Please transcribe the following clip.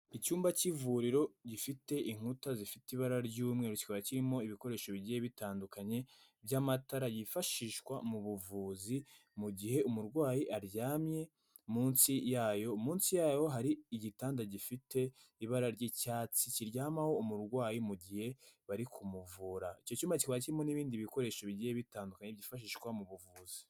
Icyumba cy'ivuriro gifite inkuta zifite ibara ry'umweru, kikaba kirimo ibikoresho bigiye bitandukanye by'amatara yifashishwa mu buvuzi, mu gihe umurwayi aryamye munsi yayo, munsi yayo hari igitanda gifite ibara ry'icyatsi, kiryamaho umurwayi mu gihe bari kumuvura. Icyo cyumba kikaba kirimo n'ibindi bikoresho bigiye bitandukanye byifashishwa mu buvuzi.